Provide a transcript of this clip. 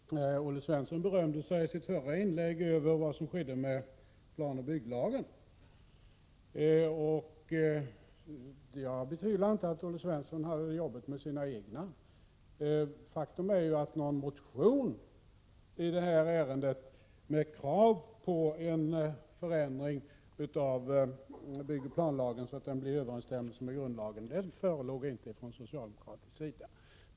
Herr talman! Olle Svensson berömde sig i sitt förra inlägg över vad som skedde med planoch bygglagen, och jag betvivlar inte att Olle Svensson hade det jobbigt med sina egna. Faktum är ju att någon motion med krav på förändring av planoch bygglagen, så att den blev i överensstämmelse med grundlagen, inte förelåg från socialdemokratisk sida.